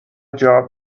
job